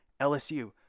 lsu